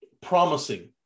promising